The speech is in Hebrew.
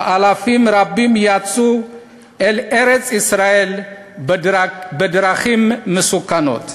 ואלפים רבים יצאו אל ארץ-ישראל בדרכים מסוכנות.